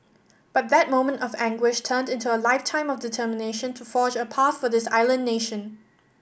but that moment of anguish turned into a lifetime of determination to forge a path for this island nation